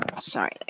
Sorry